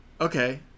okay